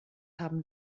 haben